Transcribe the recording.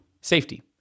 safety